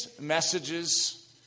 messages